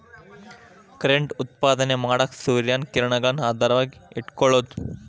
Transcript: current ಉತ್ಪಾದನೆ ಮಾಡಾಕ ಸೂರ್ಯನ ಕಿರಣಗಳನ್ನ ಆಧಾರವಾಗಿ ಇಟಕೊಳುದು